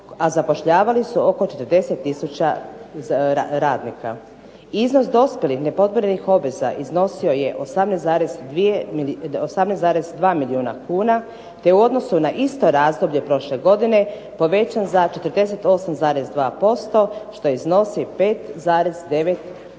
a zapošljavali su oko 40 tisuća radnika. Iznos dospjelih, nepodmirenih obveza iznosio je 18,2 milijuna kuna te u odnosu na isto razdoblje prošle godine povećan za 48,2% što iznosi 5,9 milijardi